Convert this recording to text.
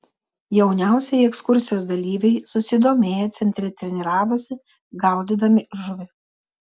jauniausieji ekskursijos dalyviai susidomėję centre treniravosi gaudydami žuvį